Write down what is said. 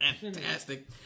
fantastic